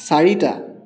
চাৰিটা